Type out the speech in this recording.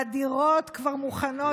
הדירות כבר מוכנות.